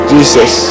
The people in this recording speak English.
Jesus